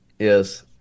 Yes